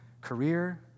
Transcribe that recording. career